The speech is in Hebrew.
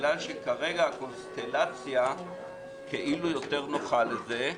בגלל שכרגע הקונסטלציה כאילו יותר נוחה לזה.